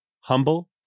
Humble